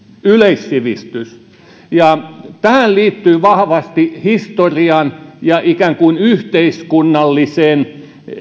yleissivistys ja tähän liittyy vahvasti historian ja ikään kuin yhteiskunnallisten